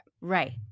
Right